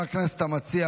חבר הכנסת המציע,